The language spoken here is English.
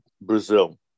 Brazil